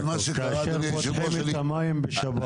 כאשר פותחים את המים בשבת,